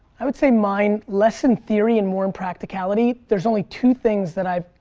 i would say mine, less in theory and more in practicality. there's only two things that i've.